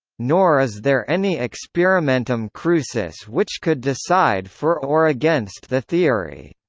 nor is there any experimentum crucis which could decide for or against the theory.